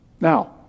Now